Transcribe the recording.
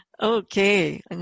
Okay